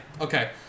Okay